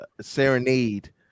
serenade